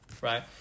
right